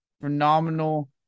phenomenal